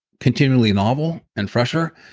continually novel and fresher.